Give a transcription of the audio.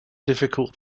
difficult